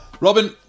Robin